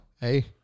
Hey